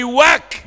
work